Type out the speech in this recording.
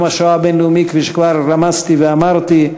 יום השואה הבין-לאומי, כפי שכבר רמזתי ואמרתי,